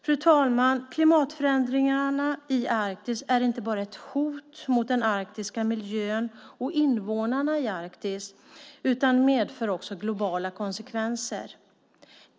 Fru talman! Klimatförändringarna i Arktis är inte bara ett hot mot den arktiska miljön och invånarna i Arktis. De medför också globala konsekvenser.